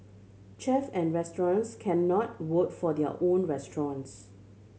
chef and restaurants cannot vote for their own restaurants